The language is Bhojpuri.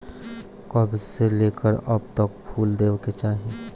कब से लेके कब तक फुल देवे के चाही?